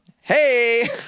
Hey